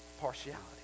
partiality